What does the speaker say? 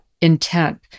intent